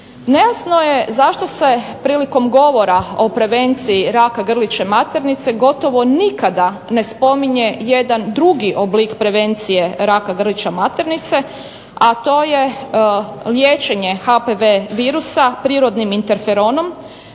Nejasno je zašto se prilikom govora o prevenciji raka grlića maternice gotovo nikada ne spominje jedan drugi oblik prevencije raka grlića maternice, a to je liječenje HPV virusa prirodnim interferonom